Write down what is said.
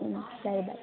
ಹ್ಞೂ ಸರಿ ಬಾಯ್